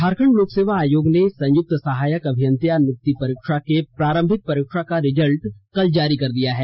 झारखंड लोक सेवा आयोग ने संयुक्त सहायक अभियंता नियुक्ति परीक्षा के प्रारंभिक परीक्षा का रिजल्ट कल जारी कर दिया है